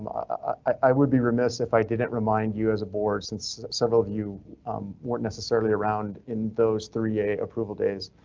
i would be remiss if i didn't remind you as a board, since several of you weren't necessarily around. in those three, a approval days